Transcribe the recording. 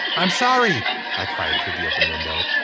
i'm sorry i cried through the open window.